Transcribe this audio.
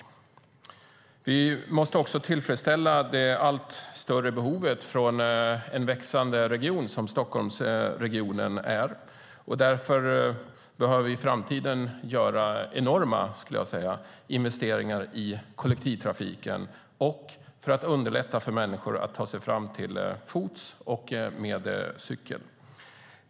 Dels måste vi tillfredsställa det allt större behovet från den växande region som Stockholmsregionen är, och därför behöver vi i framtiden göra enorma investeringar i kollektivtrafiken och för att underlätta för människor att ta sig fram till fots och med cykel.